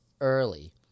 early